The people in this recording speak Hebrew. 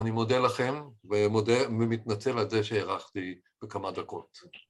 ‫אני מודה לכם ו.. מודה ומתנצל ‫על זה שהארכתי בכמה דקות.